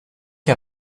che